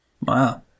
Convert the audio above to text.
Wow